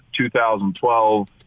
2012